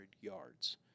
yards